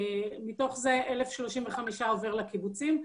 מתוך זה 1,035 עובר לקיבוצים.